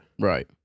right